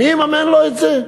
מי יממן לו את זה?